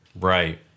Right